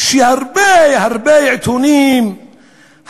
שהרבה הרבה עיתונים,